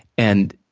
and,